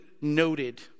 noted